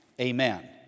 amen